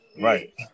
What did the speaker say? Right